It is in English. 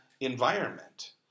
environment